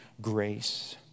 grace